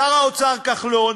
שר האוצר כחלון